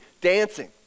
dancing